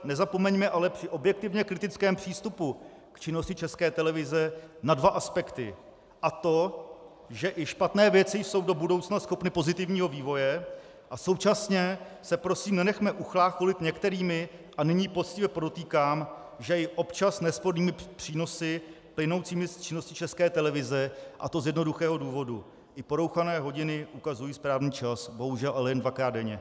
Nezapomeňme ale při objektivně kritickém přístupu k činnosti České televize na dva aspekty, a to že i špatné věci jsou do budoucna schopny pozitivního vývoje, a současně se prosím nenechme uchlácholit některými, a nyní poctivě podotýkám, že i občas nespornými přínosy plynoucími z činnosti České televize, a to z jednoduchého důvodu: i porouchané hodiny ukazují správný čas, bohužel ale jen dvakrát denně.